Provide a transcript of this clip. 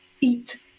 eat